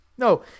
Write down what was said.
No